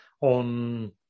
on